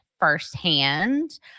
firsthand